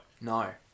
No